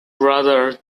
brother